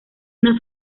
una